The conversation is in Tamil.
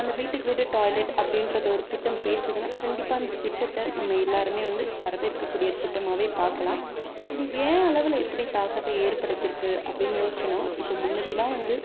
அந்த வீட்டுக்கு வீடு டாய்லெட் அப்படின்றது ஒரு திட்டம் பேசுதுன்னா கண்டிப்பாக அந்தத் திட்டத்தை நம்ம எல்லோருமே வந்து வரவேற்கக்கூடிய திட்டமாகவே பார்க்கலாம் இது என் அளவில் எப்படி தாக்கத்தை ஏற்படுத்தியிருக்கு அப்படின்னு யோசித்தோன்னா இப்போ முன்னடிலாம் வந்து